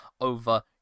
over